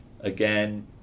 again